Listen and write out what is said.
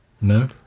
No